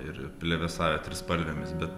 ir plevėsavę trispalvėmis bet